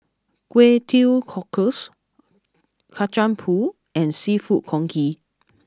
Kway Teow Cockles Kacang Pool and Seafood Congee